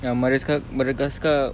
ya madagascar madagascar